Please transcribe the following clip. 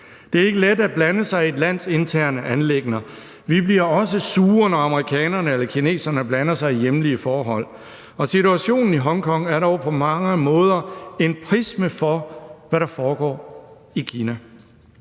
Det er ikke let at blande sig i et lands interne anliggender. Vi bliver også sure, når amerikanerne eller kineserne blander sig i hjemlige forhold. Situationen i Hongkong er dog på mange måder en prisme for, hvad der foregår i Kina.